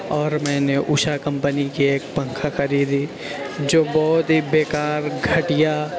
اور میں نے اوشا کمپنی کی ایک پنکھا خریدی جو بہت ہی بیکار گھٹیا